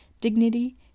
dignity